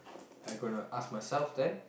I gonna ask myself then